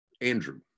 Andrew